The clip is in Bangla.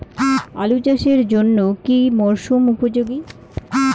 আলু চাষের জন্য কি মরসুম উপযোগী?